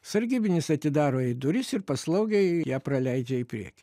sargybinis atidaro jai duris ir paslaugiai ją praleidžia į priekį